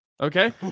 Okay